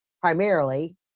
primarily